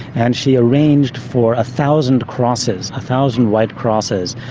and she arranged for a thousand crosses, a thousand white crosses,